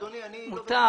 קטונתי.